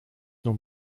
nun